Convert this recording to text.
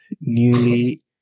newly